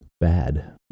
bad